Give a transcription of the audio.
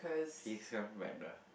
he's coming back though